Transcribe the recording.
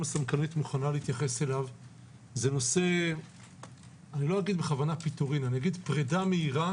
לא אומר פיטורין אלא פרידה מהירה